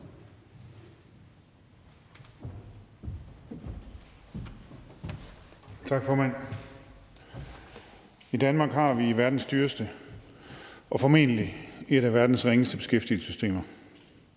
Tak, formand. I Danmark har vi verdens dyreste og formentlig også et af verdens ringeste beskæftigelsessystemer.